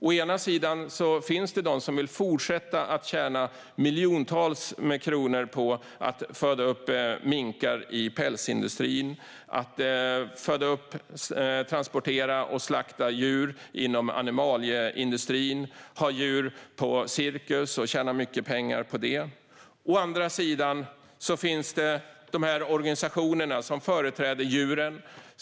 Å ena sidan finns det de som vill fortsätta tjäna miljontals kronor på att föda upp minkar i pälsindustrin och föda upp, transportera och slakta djur inom animalieindustrin eller fortsätta ha djur på cirkus och tjäna mycket pengar på det. Å andra sidan finns organisationerna som företräder djuren.